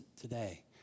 today